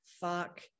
fuck